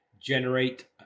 generate